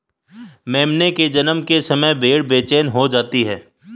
मेमने के जन्म के समय भेड़ें बेचैन हो जाती हैं